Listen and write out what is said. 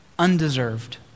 undeserved